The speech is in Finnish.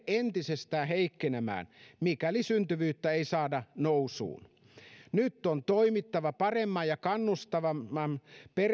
entisestään heikkenemään mikäli syntyvyyttä ei saada nousuun nyt on toimittava paremman ja kannustavamman